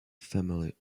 family